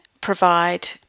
provide